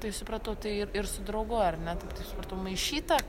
tai supratau tai i ir su draugu ar ne tai tai supratau maišyta